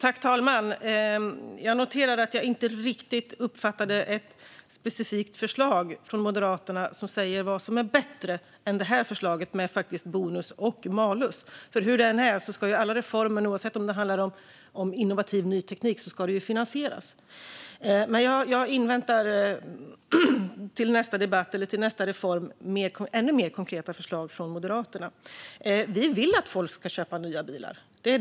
Fru talman! Jag uppfattade inte riktigt något specifikt förslag från Moderaterna om vad som är bättre än detta förslag som innehåller både bonus och malus. Alla reformer ska ju finansieras, oavsett om det handlar om innovativ ny teknik. Till nästa debatt eller nästa reform inväntar jag mer konkreta förslag från Moderaterna. Vi vill att folk ska köpa nya bilar.